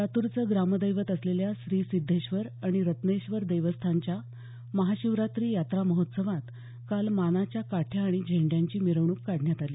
लातूरचं ग्रामदैवत असलेल्या श्री सिद्धेश्वर आणि रत्नेश्वर देवस्थानच्या महाशिवरात्री यात्रा महोत्सवात काल मानाच्या काठ्या आणि झेंड्यांची मिरवणूक काढण्यात आली